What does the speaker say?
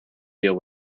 deal